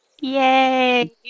Yay